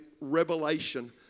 revelation